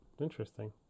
Interesting